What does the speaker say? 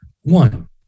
one